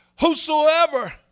whosoever